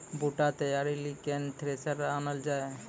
बूटा तैयारी ली केन थ्रेसर आनलऽ जाए?